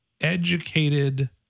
educated